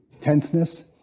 tenseness